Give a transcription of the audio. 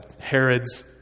Herod's